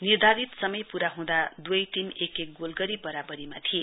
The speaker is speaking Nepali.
निर्धारित समय पूरा हुँदा दुवै टीम एक एक गोल गरी वराबरींमा थिए